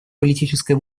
политической